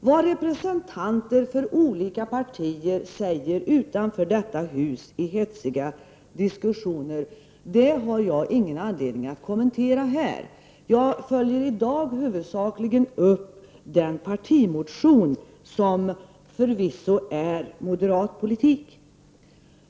Vad representanter för olika partier säger utanför detta hus i hetsiga diskussioner har jag ingen anledning att kommentera här. Jag följer i dag huvudsakligen upp den partimotion som förvisso är moderat politik.